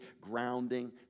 grounding